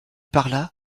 parla